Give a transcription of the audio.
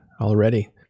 already